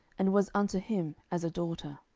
and was unto him as a daughter.